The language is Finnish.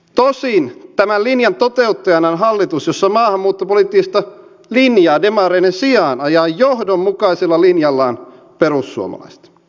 tosin tämän linjan toteuttajana on hallitus jossa maahanmuuttopoliittista linjaa demareiden sijaan ajaa johdonmukaisella linjallaan perussuomalaiset